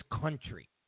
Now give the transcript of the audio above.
country